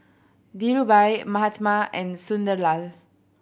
Dhirubhai Mahatma and Sunderlal